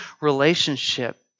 relationship